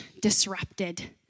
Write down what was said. disrupted